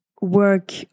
work